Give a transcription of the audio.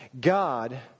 God